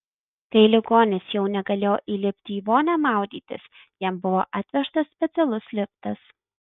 kai ligonis jau negalėjo įlipti į vonią maudytis jam buvo atvežtas specialus liftas